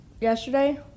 yesterday